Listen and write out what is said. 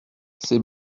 ces